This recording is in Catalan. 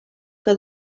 que